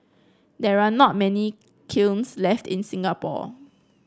there are not many kilns left in Singapore